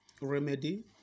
remedy